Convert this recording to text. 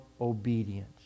obedience